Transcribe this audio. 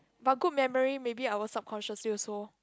but good memory maybe I'll subconsciously also